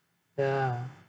ya